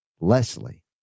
Leslie